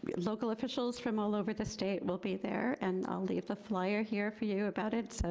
local officials from all over the state will be there, and i'll leave the flyer here for you about it. so,